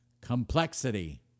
complexity